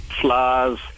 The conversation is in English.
flowers